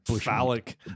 Phallic